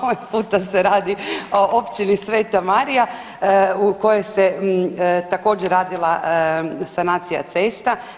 Ovaj puta se radi o Općini Sveta Marija u kojoj se također radila sanacija cesta.